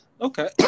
Okay